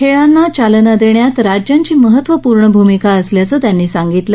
खेळांना चालना देण्यात राज्यांची महत्त्वपूर्ण भूमिका असल्याचं त्यांनी सांगितलं